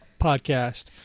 podcast